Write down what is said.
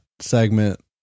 segment